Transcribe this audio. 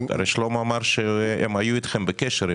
שלמה אמר שהם היו איתכם בקשר,